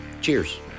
Cheers